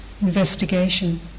investigation